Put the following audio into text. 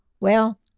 Well